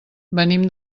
venim